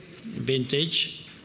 vintage